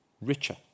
richer